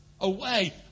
away